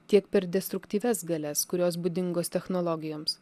tiek per destruktyvias galias kurios būdingos technologijoms